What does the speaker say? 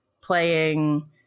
playing